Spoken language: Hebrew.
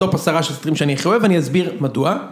מטופ עשרה שופטים שאני הכי אוהב, אני אסביר מדוע.